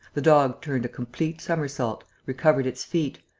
the dog turned a complete somersault, recovered its feet,